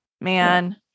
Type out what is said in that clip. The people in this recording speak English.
man